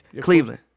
Cleveland